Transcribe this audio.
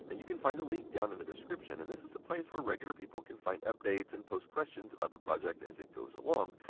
and you can find the link down in the description. and this is a place where regular people can find updates and post questions about the project as it goes along.